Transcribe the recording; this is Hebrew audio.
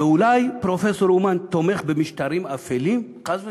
ואולי פרופסור אומן תומך במשטרים אפלים, חס ושלום?